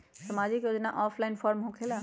समाजिक योजना offline form होकेला?